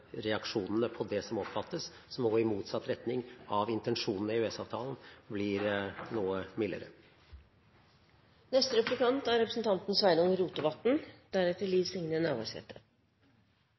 reaksjonene på det som oppfattes som å gå i motsatt retning av intensjonen i EØS-avtalen, blir noe